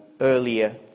earlier